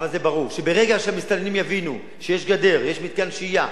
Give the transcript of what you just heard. אבל זה ברור שברגע שהמסתננים יבינו שיש גדר ושיש מתקן שהייה,